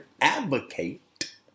advocate